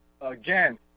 again